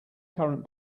current